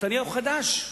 נתניהו חדש,